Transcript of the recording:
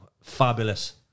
Fabulous